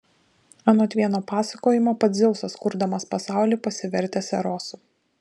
anot vieno pasakojimo pats dzeusas kurdamas pasaulį pasivertęs erosu